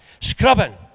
Scrubbing